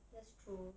that's true